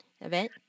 event